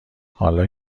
حالا